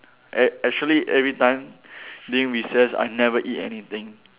act~ actually every time during recess I never eat anything